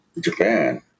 Japan